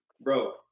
Bro